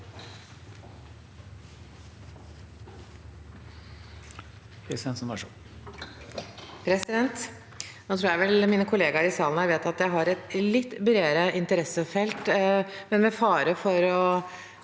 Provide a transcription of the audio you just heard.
tror vel mine kollegaer i salen vet at jeg har et litt bredere interessefelt, men med fare for å